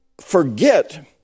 forget